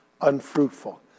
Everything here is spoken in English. unfruitful